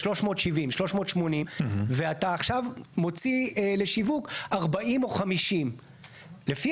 370-380. ואתה עכשיו מוציא לשיווק 40 או 50. לפי